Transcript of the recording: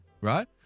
Right